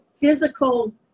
physical